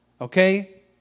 Okay